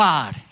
God